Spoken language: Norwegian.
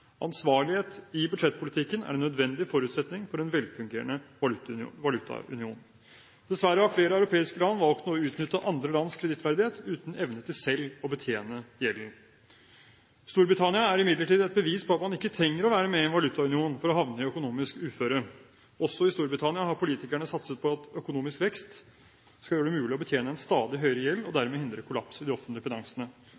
Ansvarlighet i budsjettpolitikken er en nødvendig forutsetning for en velfungerende valutaunion. Dessverre har flere europeiske land valgt å utnytte andre lands kredittverdighet uten evne til selv å betjene gjelden. Storbritannia er imidlertid et bevis på at man ikke trenger å være med i en valutaunion for å havne i økonomisk uføre. Også i Storbritannia har politikerne satset på at økonomisk vekst skal gjøre det mulig å betjene en stadig høyere gjeld og